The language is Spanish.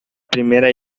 primera